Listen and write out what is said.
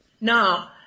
Now